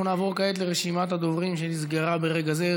אנחנו נעבור כעת לרשימת הדוברים, שנסגרה ברגע זה.